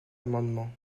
amendement